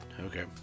Okay